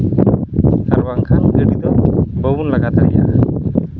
ᱟᱨ ᱵᱟᱝᱠᱷᱟᱱ ᱜᱟᱹᱰᱤ ᱫᱚ ᱵᱟᱵᱚᱱ ᱞᱟᱜᱟ ᱫᱟᱲᱮᱭᱟᱜᱼᱟ